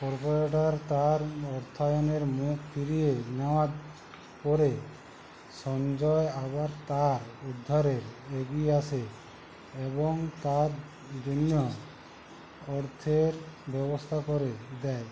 corporator তার অর্থায়নের মুখ ফিরিয়ে নেওয়ার পরে সঞ্জয় আবার তার উদ্ধারে এগিয়ে আসে এবং তার জন্য অর্থের ব্যবস্থা করে দেয়